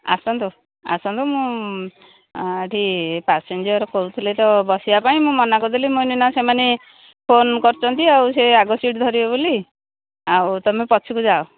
ଆସନ୍ତୁ ଆସନ୍ତୁ ମୁଁ ଏଠି ପାସେଞ୍ଜର କହୁଥିଲେ ତ ବସିବା ପାଇଁ ମୁଁ ମନା କରିଦେଲି ମୁଇଁ କହିଲି ନା ସେମାନେ ଫୋନ୍ କରିଛନ୍ତି ଆଉ ସେ ଆଗ ସିଟ୍ ଧରିବେ ବୋଲି ଆଉ ତୁମେ ପଛକୁ ଯାଅ